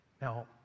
Now